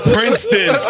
Princeton